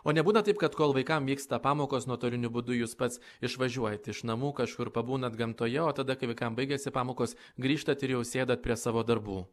o nebūna taip kad kol vaikam vyksta pamokos nuotoliniu būdu jūs pats išvažiuojat iš namų kažkur pabūnat gamtoje o tada kai vaikam baigiasi pamokos grįžtat ir jau sėdat prie savo darbų